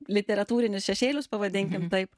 literatūrinius šešėlius pavadinkim taip